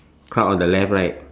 on the left right